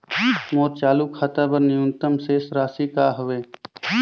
मोर चालू खाता बर न्यूनतम शेष राशि का हवे?